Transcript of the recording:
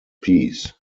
peace